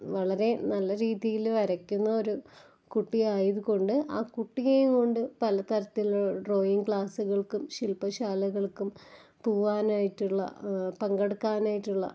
വളരെ നല്ല രീതിയിൽ വരയ്ക്കുന്ന ഒരു കുട്ടിയായതുകൊണ്ട് ആ കുട്ടിയെ കൊണ്ട് പലതരത്തിലുള്ള ഡ്രോയിങ് ക്ലാസ്സുകള്ക്കും ശില്പ്പശാലകള്ക്കും പോവാനായിട്ടുള്ള പങ്കെടുക്കാനായിട്ടുള്ള